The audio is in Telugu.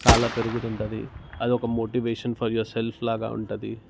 చాలా పెరుగుతుంటుంది అది ఒక మోటివేషన్ ఫర్ యువర్ సెల్ఫ్ లాగా ఉంటుంది